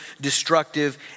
destructive